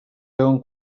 veuen